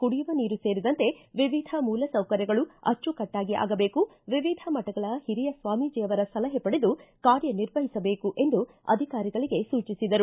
ಕುಡಿಯುವ ನೀರು ಸೇರಿದಂತೆ ವಿವಿಧ ಮೂಲ ಸೌಕರ್ಯಗಳು ಅಚ್ಚುಕಟ್ಟಾಗಿ ಆಗಬೇಕು ವಿವಿಧ ಮಠಗಳ ಹಿರಿಯ ಸ್ವಾಮೀಜಿಯವರ ಸಲಹೆ ಪಡೆದು ಕಾರ್ಯ ನಿರ್ವಹಿಸಬೇಕು ಎಂದು ಅಧಿಕಾರಿಗಳಿಗೆ ಸೂಚಿಸಿದರು